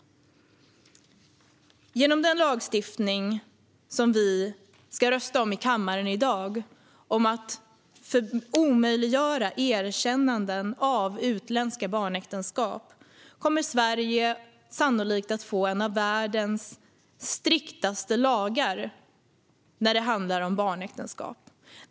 Genom lagstiftningen om att omöjliggöra erkännanden av utländska barnäktenskap, som vi ska rösta om i kammaren i dag, kommer Sverige sannolikt att få en av världens striktaste lagar när det handlar om barnäktenskap.